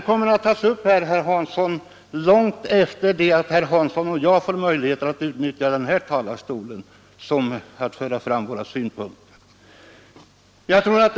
Den kommer att tas upp här, herr Hansson, även långt efter det att herr Hanssons och mina möjligheter att utnyttja denna talarstol för att föra fram våra synpunkter har upphört.